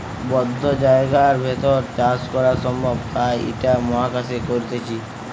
বদ্ধ জায়গার ভেতর চাষ করা সম্ভব তাই ইটা মহাকাশে করতিছে